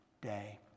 day